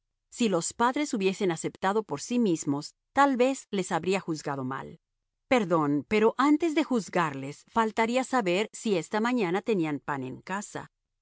si los padres hubiesen aceptado por sí mismos tal vez les habría juzgado mal perdón pero antes de juzgarles faltaría saber si esta mañana tenían pan en casa